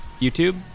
youtube